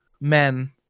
men